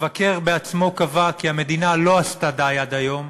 המבקר עצמו קבע כי המדינה לא עשתה די עד היום